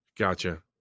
Gotcha